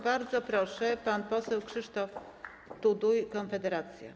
Bardzo proszę, pan poseł Krzysztof Tuduj, Konfederacja.